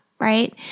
right